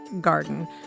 garden